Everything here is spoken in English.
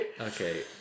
Okay